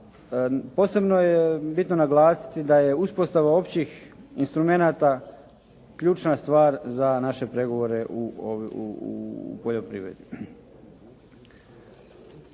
posebno je bitno naglasiti da je uspostava općih instrumenata ključna stvar za naše pregovore u poljoprivredi.